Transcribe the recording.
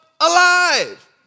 alive